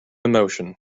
emotion